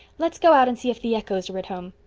let's go out and see if the echoes are at home.